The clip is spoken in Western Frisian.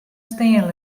stean